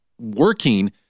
working